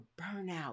burnout